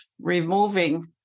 removing